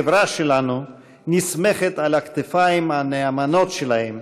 החברה שלנו נסמכת על הכתפיים הנאמנות שלהם